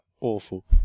awful